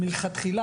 מלכתחילה,